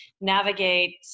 navigate